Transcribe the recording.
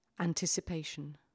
Anticipation